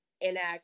enact